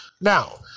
now